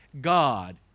God